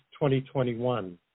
2021